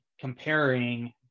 comparing